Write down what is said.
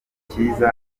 cyiza